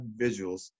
visuals